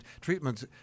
treatments